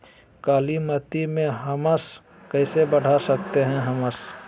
कालीमती में हमस कैसे बढ़ा सकते हैं हमस?